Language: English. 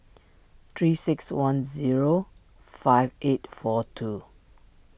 three six one zero five eight four two